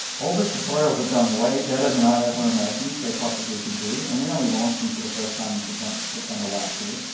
all the tutorials have done way better than i ever imagined they possibly could do, and we only launched them for the first time in september september last year.